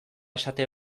esate